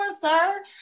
sir